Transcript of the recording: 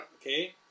Okay